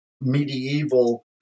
medieval